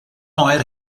oer